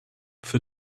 for